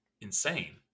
insane